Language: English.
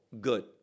good